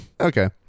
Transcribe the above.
Okay